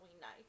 night